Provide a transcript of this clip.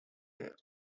there